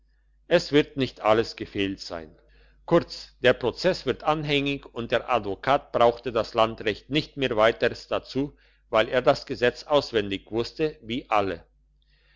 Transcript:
es wird nicht alles gefehlt sein kurz der prozess wird anhängig und der advokat brauchte das landrecht nicht mehr weiters dazu weil er das gesetz auswendig wusste wie alle